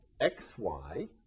xy